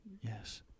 Yes